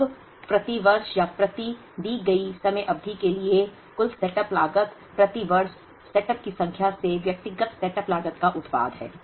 अब प्रति वर्ष या प्रति दी गई समय अवधि के लिए कुल सेटअप लागत प्रति वर्ष सेटअप की संख्या में व्यक्तिगत सेटअप लागत का उत्पाद है